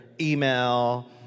email